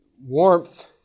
warmth